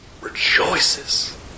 rejoices